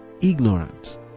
ignorant